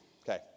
Okay